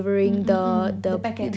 mm mm mm the packet